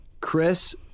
Chris